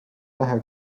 lähe